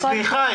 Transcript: סליחה.